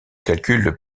calcul